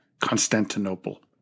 Constantinople